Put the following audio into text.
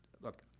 look